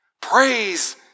praise